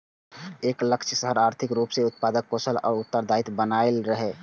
एकर लक्ष्य शहर कें आर्थिक रूप सं उत्पादक, कुशल आ उत्तरदायी बनेनाइ रहै